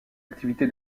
activité